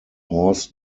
horse